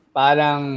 parang